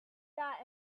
that